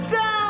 go